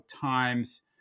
Times